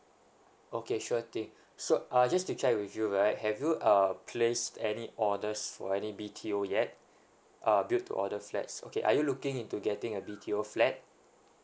okay sure thing so err just to check with you right have you err placed any orders for any B_T_O yet err built to order flats okay are you looking into getting a B_T_O flat